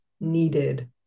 needed